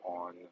on